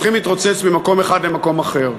מתחילים להתרוצץ ממקום אחד למקום אחר.